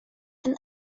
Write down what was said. and